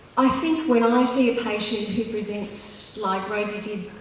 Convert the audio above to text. i think when um i see a patient who presents like rosie, did.